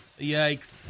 Yikes